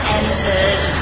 entered